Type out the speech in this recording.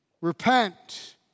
repent